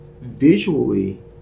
Visually